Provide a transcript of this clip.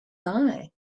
lie